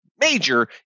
major